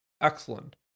excellent